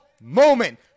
moment